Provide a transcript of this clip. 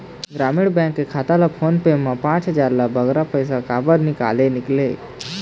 ग्रामीण बैंक के खाता ले फोन पे मा पांच हजार ले बगरा पैसा काबर निकाले निकले?